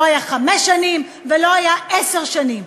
לא היה חמש שנים ולא היה עשר שנים,